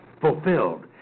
fulfilled